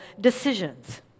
decisions